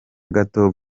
gato